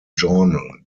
journal